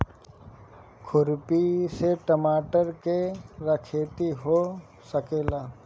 खुरपी से टमाटर के रहेती हो सकेला?